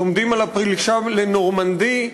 לומדים על הפלישה לנורמנדי,